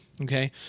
Okay